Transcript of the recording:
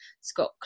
Scott